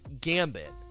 Gambit